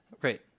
Great